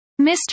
Mr